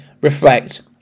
reflect